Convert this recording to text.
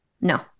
No